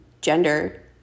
gender